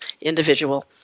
individual